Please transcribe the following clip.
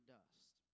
dust